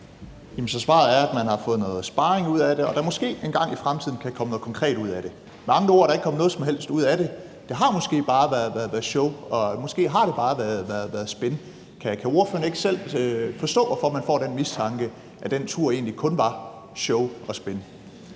Så svaret er, at man har fået noget sparring ud af det, og at der måske engang i fremtiden kan komme noget konkret ud af det. Med andre ord er der ikke kommet noget som helst ud af det. Det har måske bare været show, og måske har det bare været spin. Kan ordføreren ikke selv forstå, at man får den mistanke, at den tur egentlig kun var show og spin?